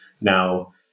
Now